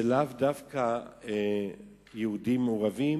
זה לאו דווקא יהודים מעורבים.